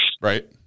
right